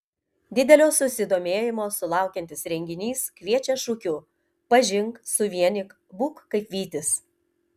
didelio susidomėjimo sulaukiantis renginys kviečia šūkiu pažink suvienyk būk kaip vytis